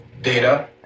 data